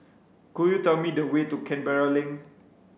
could you tell me the way to Canberra Link